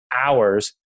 hours